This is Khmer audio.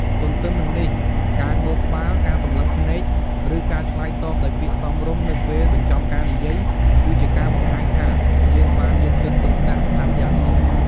ទទ្ទឹមនឹងនេះ ការងក់ក្បាល ការសម្លឹងភ្នែក ឬការឆ្លើយតបដោយពាក្យសមរម្យនៅពេលបញ្ចប់ការនិយាយ គឺជាការបង្ហាញថា យើងបានយកចិត្តទុកដាក់ស្តាប់យ៉ាងល្អ។